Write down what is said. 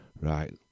Right